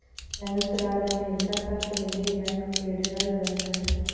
सयुक्त राज्य अमेरिका का केन्द्रीय बैंक फेडरल बैंक है